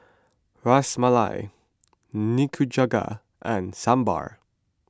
Ras Malai Nikujaga and Sambar